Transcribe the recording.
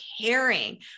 caring